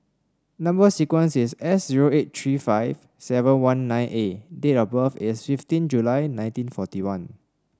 number sequence is S zero eight three five seven one nine A date of birth is fifteen July nineteen forty one